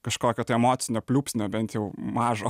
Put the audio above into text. kažkokio tai emocinio pliūpsnio bent jau mažo